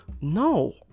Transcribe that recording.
No